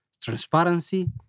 transparency